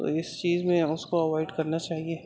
تو اس چیز میں اس کو اوائڈ کرنا چاہیے